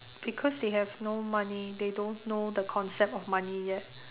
because they have no money they don't know the concept of money yet